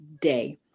day